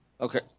Okay